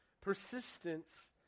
persistence